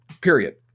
period